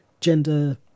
gender